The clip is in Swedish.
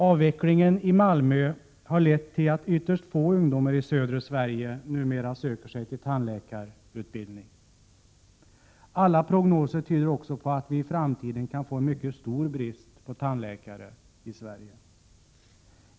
Avvecklingen av utbildningen i Malmö har lett till att ytterst få ungdomar från södra Sverige numera söker sig till tandläkarutbildningen. Alla prognoser tyder också på att vi i framtiden kan få en mycket stor brist på tandläkare i Sverige.